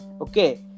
okay